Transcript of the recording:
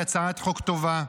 היא הצעת חוק טובה.